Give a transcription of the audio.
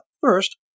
first